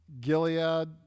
Gilead